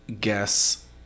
guess